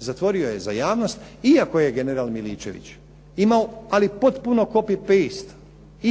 zatvorio za javnost iako je general Miličević imao ali potpuno copy-paste